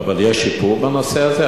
אבל יש שיפור בנושא הזה?